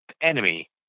enemy